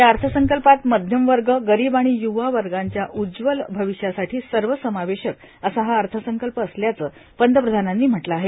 या अर्थसंकल्पात मध्यम वर्ग गरीब आणि युवावर्गाचं उज्वल भविष्यासाठी सर्व समावेशक असा हा अर्थसंकल्प असल्याचं पंतप्रधानांनी म्हटलं आहे